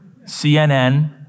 CNN